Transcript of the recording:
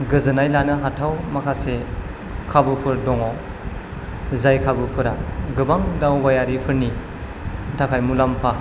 गोजोननाय लानो हाथाव माखासे खाबुफोर दङ जाय खाबुफोरा गोबां दावबायारिफोरनि थाखाय मुलाम्फा